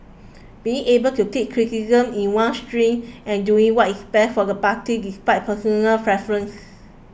being able to take criticism in one's stride and doing what is best for the party despite personal preferences